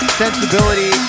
sensibility